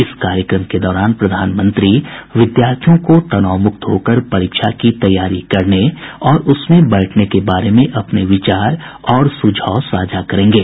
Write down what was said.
इस कार्यक्रम के दौरान प्रधानमंत्री विद्यार्थियों को तनाव मुक्त होकर परीक्षा की तैयारी करने और उसमें बैठने के बारे में अपने विचार और सुझाव साझा करेंगे